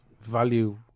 value